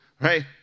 right